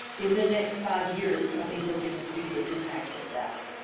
in the next five years, i think we're going to see the impact of that.